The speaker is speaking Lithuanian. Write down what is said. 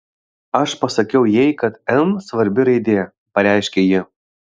aš pasakiau jai kad n svarbi raidė pareiškė ji